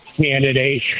candidate